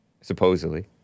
Supposedly